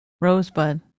rosebud